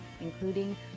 including